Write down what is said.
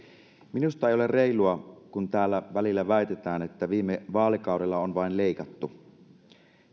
minusta ei ole reilua kun täällä välillä väitetään että viime vaalikaudella on vain leikattu